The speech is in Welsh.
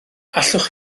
allwch